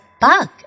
bug